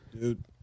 Dude